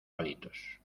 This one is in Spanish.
palitos